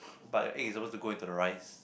but the egg is suppose to go into the rice